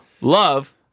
Love